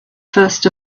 first